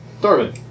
Darwin